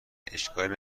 اشکالی